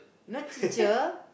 you know teacher